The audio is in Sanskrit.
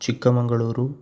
चिक्कमङ्गलूरु